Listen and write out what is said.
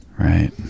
Right